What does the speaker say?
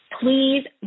Please